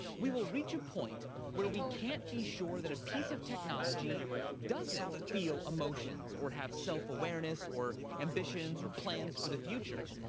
we will reach a point where we can't be sure that a piece of technology doesn't feel emotions or have self awareness or ambitions or plans for the future.